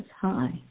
hi